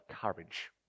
courage